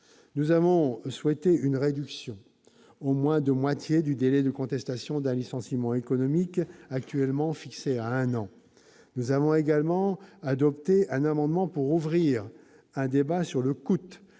Nous avons souhaité la réduction au moins de moitié du délai de contestation d'un licenciement économique, actuellement fixé à un an. Nous avons également adopté un amendement ayant pour objet d'ouvrir un débat sur le coût